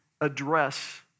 address